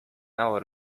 nało